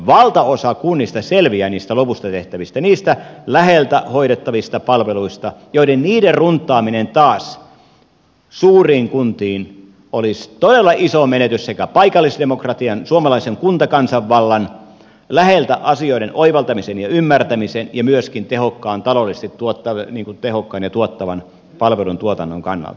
valtaosa kunnista selviää niistä lopuista tehtävistä niistä läheltä hoidettavista palveluista joiden runttaaminen suuriin kuntiin olisi taas todella iso menetys paikallisdemokratian suomalaisen kuntakansanvallan läheltä asioiden oivaltamisen ja ymmärtämisen ja myöskin tehokkaan taloudellisesti tehokkaan ja tuottavan palveluntuotannon kannalta